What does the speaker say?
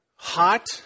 Hot